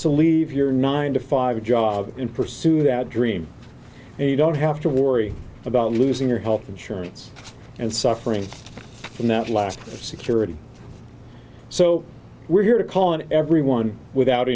to leave your nine to five job in pursue that dream and you don't have to worry about losing your health insurance and suffering from that last security so we're here to call on everyone without